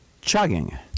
chugging